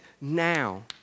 now